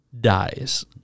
dies